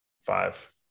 five